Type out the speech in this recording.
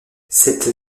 cette